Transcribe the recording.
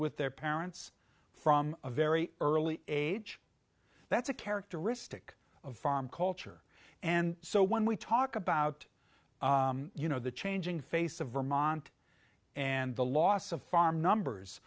with their parents from a very early age that's a characteristic of farm culture and so when we talk about you know the changing face of vermont and the loss of farm numbers